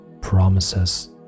promises